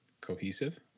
Cohesive